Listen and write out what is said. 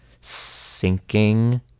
sinking